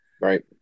right